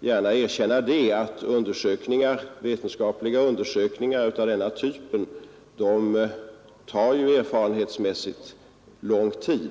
gärna erkänna att vetenskapliga undersökningar av denna typ erfarenhetsmässigt tar lång tid.